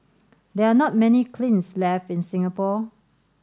there are not many kilns left in Singapore